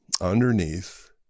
underneath